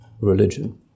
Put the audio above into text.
religion